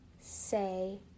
say